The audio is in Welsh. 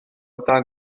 dan